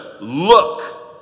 look